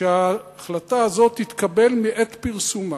שההחלטה הזאת תתקבל מעת פרסומה.